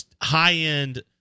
high-end